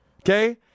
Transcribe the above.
Okay